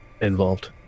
involved